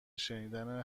شنیدن